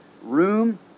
room